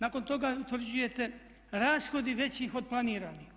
Nakon toga utvrđujete rashodi većih od planiranih.